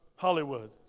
Hollywood